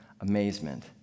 amazement